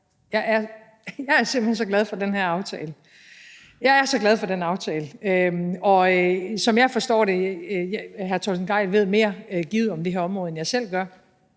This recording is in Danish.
er jeg simpelt hen så glad for den her aftale. Jeg er så glad for den aftale. Og som jeg forstår det – hr. Torsten Gejl ved givet mere om det her område, end jeg selv gør